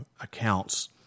accounts